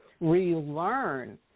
relearn